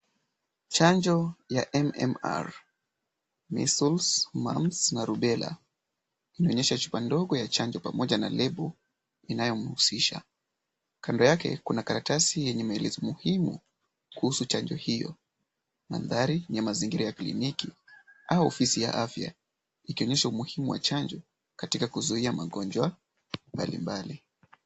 Chanjo ya MMR. Measles, Mumps na Rubela imeonyesha chupa ndogo ya chanjo pamoja na lebo inayomhusisha. Kando yake, kuna karatasi yenye maelezo muhimu kuhusu chanjo hiyo. Mandhari ni ya mazingira ya kliniki au ofisi ya afya, ikionyesha umuhimu wa chanjo katika kuzuia magonjwa mbalimbali.